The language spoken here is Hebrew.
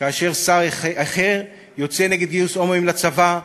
כאשר שר אחר יוצא נגד גיוס הומואים לצבא,